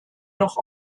noch